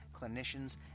clinicians